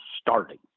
starting